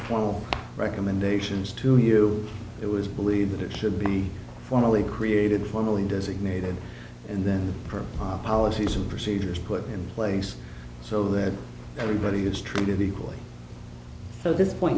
for all recommendations to hear it was believed that it should be formally created formally designated and then for policies and procedures put in place so that everybody is treated equally so this point